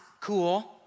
cool